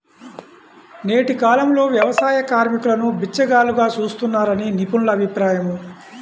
నేటి కాలంలో వ్యవసాయ కార్మికులను బిచ్చగాళ్లుగా చూస్తున్నారని నిపుణుల అభిప్రాయం